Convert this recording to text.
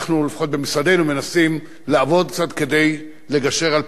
מנסים לעבוד קצת כדי לגשר על פערים שנוצרו